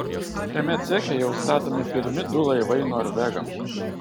šiame ceche jau statomi pirmi du laivai norvegams